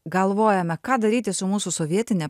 galvojame ką daryti su mūsų sovietine